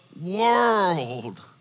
world